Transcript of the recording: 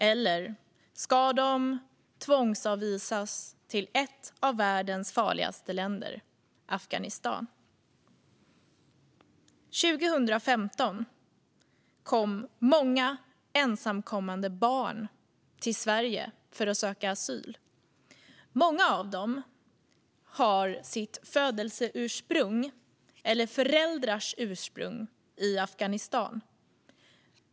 Eller ska de tvångsavvisas till ett av världens farligaste länder, Afghanistan? År 2015 kom många ensamkommande barn till Sverige för att söka asyl. Många av dem hade sitt födelseursprung eller sina föräldrars ursprung i Afghanistan.